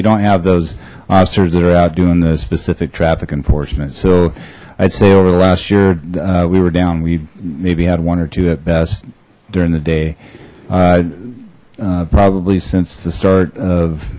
you don't have those officers that are out doing the specific traffic enforcement so i'd say over the last year we were down we maybe had one or two at best during the day probably since the start of